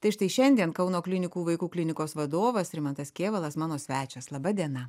tai štai šiandien kauno klinikų vaikų klinikos vadovas rimantas kėvalas mano svečias laba diena